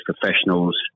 professionals